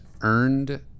earned